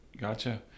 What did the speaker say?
Gotcha